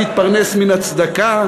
ויתפרנס מן הצדקה,